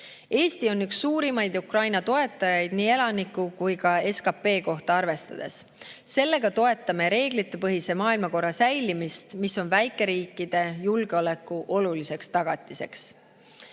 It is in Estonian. Eesti on üks suurimaid Ukraina toetajaid, arvestatuna nii elaniku kui ka SKP kohta. Me toetame reeglitepõhise maailmakorra säilimist, mis on väikeriikide julgeoleku oluliseks tagatiseks.